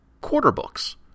quarter-books